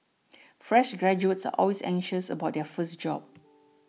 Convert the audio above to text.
fresh graduates are always anxious about their first job